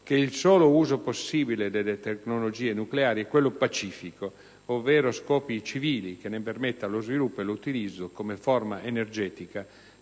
che il solo uso possibile delle tecnologie nucleari è quello pacifico ovvero a scopi civili, che ne permetta lo sviluppo e l'utilizzo come fonte energetica,